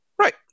Right